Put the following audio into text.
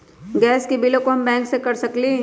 Gas के बिलों हम बैंक से कैसे कर सकली?